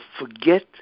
forget